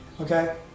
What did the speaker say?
Okay